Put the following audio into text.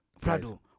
Prado